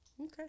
okay